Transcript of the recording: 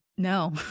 No